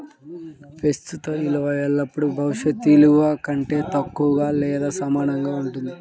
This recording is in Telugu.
ప్రస్తుత విలువ ఎల్లప్పుడూ భవిష్యత్ విలువ కంటే తక్కువగా లేదా సమానంగా ఉంటుంది